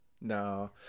No